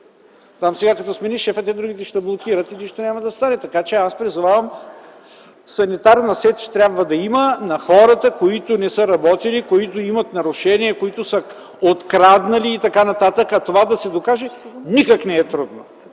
Там сега като се смени шефът, другите ще го блокират и нищо няма да стане. Така че аз призовавам, трябва да има санитарна сеч на хората, които не са работили, които имат нарушения, които са откраднали и така нататък. А да се докаже това никак не е трудно.